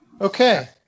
Okay